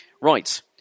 Right